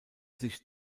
sich